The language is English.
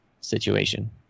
situation